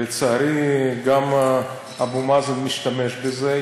לצערי גם אבו מאזן משתמש בזה.